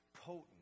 potent